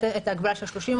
הייתה את ההגבלה של 30%,